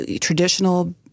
Traditional